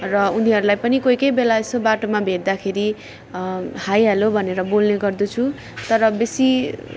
र उनीहरूलाई पनि कोही कोही बेला यसो बाटोमा भेट्दाखेरि हाई हेलो भनेर बोल्ने गर्दछु तर बेसी